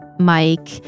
Mike